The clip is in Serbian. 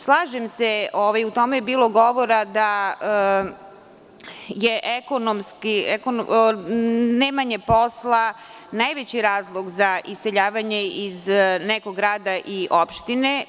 Slažem se, o tome je bilo govora, da je nemanje posla najveći razlog za iseljavanje iz nekog grada ili opštine.